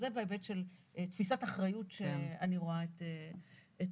זה בהיבט של תפיסת אחריות שאני רואה את הנושא.